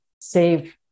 save